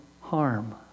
harm